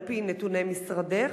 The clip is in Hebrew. על-פי נתוני משרדך?